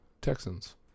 Texans